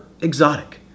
exotic